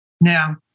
Now